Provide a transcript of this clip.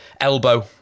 elbow